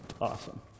awesome